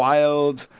wild,